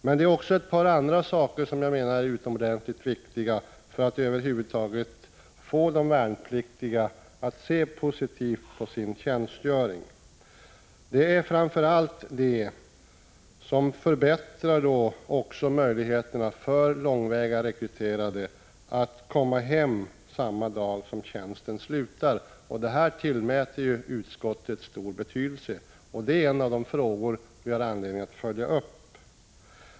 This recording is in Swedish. Men ytterligare ett par saker är enligt min mening viktiga för att över huvud taget få de värnpliktiga att se positivt på sin tjänstgöring. Det är till att börja med möjligheterna att förbättra för långväga rekryterade att komma hem samma dag som tjänsten slutar. Detta tillmäter utskottet stor betydelse, och det är en av de frågor vi har anledning att följa upp.